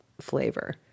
flavor